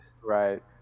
Right